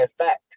effect